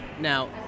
now